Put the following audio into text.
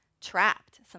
trapped